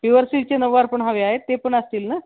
pure सिल्कचे नऊवार पण हवे आहेत ते पण असतील ना